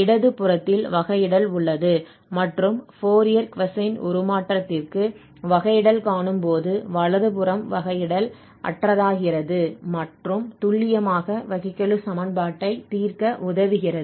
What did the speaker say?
இடது புறத்தில் வகையிடல் உள்ளது மற்றும் ஃபோரியர் கொசைன் உருமாற்றத்திற்கு வகையிடல் காணும்போது வலது புறம் வகையிடல் அற்றதாகிறது மற்றும் துல்லியமாக வகைக்கெழு சமன்பாட்டைத் தீர்க்க உதவுகிறது